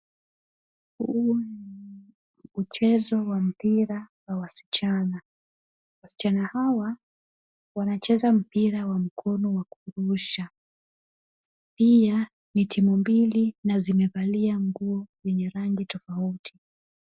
Huu ni mchezo wa mpira wa wasichana. Wasichana hawa wanacheza mpira wa mkono wa kurusha. Pia ni timu mbili na zimevalia nguo yenye rangi tofauti.